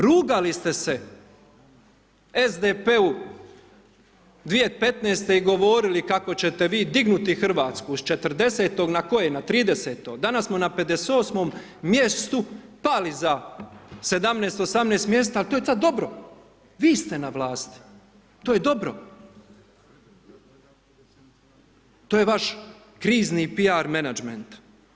Rugali ste se SDP-u 2015.-te i govorili kako ćete vi dignuti RH s 40-tog, na koje, na 30-to, danas smo na 58-om mjestu pali za 17, 18 mjesta, al to je sada dobro, vi ste na vlasti, to je dobro, to je vaš krizni piar menadžment.